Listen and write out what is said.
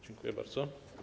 Dziękuję bardzo.